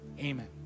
amen